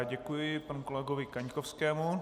Děkuji panu kolegovi Kaňkovskému.